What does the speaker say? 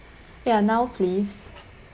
ya now please